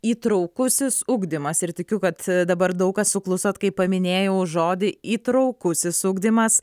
įtraukusis ugdymas ir tikiu kad dabar daug kas suklusot kai paminėjau žodį įtraukusis ugdymas